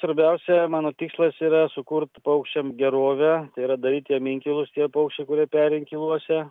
svarbiausia mano tikslas yra sukurt paukščiam gerovę tai yra daryt jiem inkilus tiem paukščiam kurie peria inkiluose